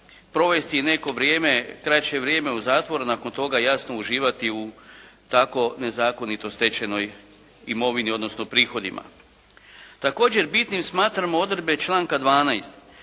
provesti neko vrijeme, kraće vrijeme u zatvoru, nakon toga jasno uživati u tako nezakonitoj stečenoj imovini odnosno prihodima. Također bitnim smatramo odredbe članka 12.